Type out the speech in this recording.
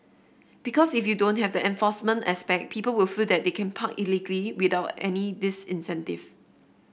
because if you don't have the enforcement aspect people will feel that they can park illegally without any disincentive